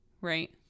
right